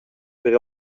per